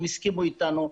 הם הסכימו איתנו,